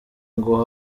ngo